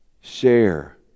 Share